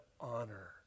honor